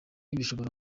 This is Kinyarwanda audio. bikoresho